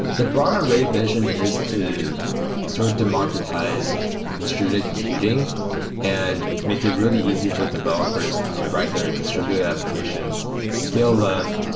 the broader ray vision is to sort of democratize distributed computing and make it really easy for developers to write their distributed applications, scale them,